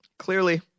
Clearly